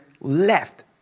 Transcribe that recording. left